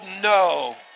no